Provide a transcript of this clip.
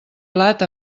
plat